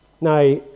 Now